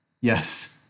Yes